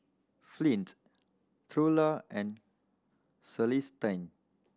Flint Trula and Celestine